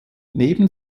neben